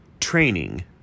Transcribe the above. training